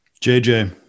JJ